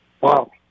Wow